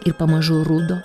ir pamažu rudo